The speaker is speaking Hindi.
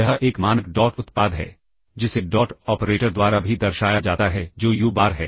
यह एक मानक डॉट उत्पाद है जिसे डॉट ऑपरेटर द्वारा भी दर्शाया जाता है जो यू बार है